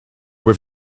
were